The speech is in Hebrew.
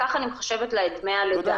ככה אני מחשבת לה את דמי הלידה.